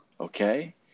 okay